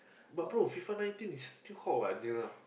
but bro FIFA ninteen is still hot what until now